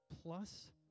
plus